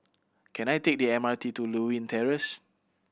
can I take the M R T to Lewin Terrace